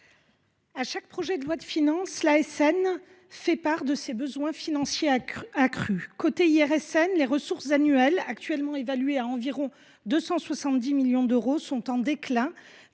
À chaque projet de loi de finances, l’ASN fait part de ses besoins financiers accrus. Du côté de l’IRSN, les ressources annuelles, actuellement évaluées à environ 270 millions d’euros, sont en déclin,